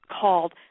called